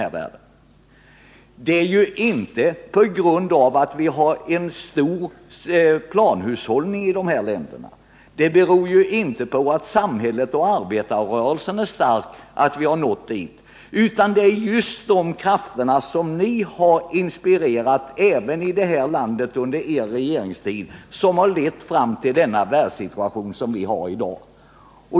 Problemen beror ju inte på att vi har en omfattande planhushållning i de här länderna. Att vi nått dithän beror inte heller på att samhället och arbetarrörelsen är starka, utan det är just de krafter som ni har inspirerat även i det här landet under er regeringstid som lett fram till världssituationen i dag.